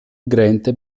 grant